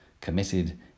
Committed